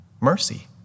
mercy